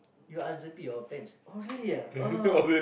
you unzipped your pants oh really ah oh